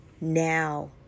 now